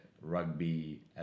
rugby